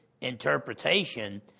interpretation